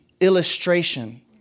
illustration